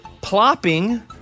Plopping